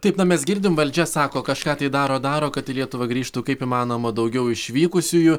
taip na mes girdim valdžia sako kažką tai daro daro kad į lietuvą grįžtų kaip įmanoma daugiau išvykusiųjų